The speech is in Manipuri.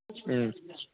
ꯎꯝ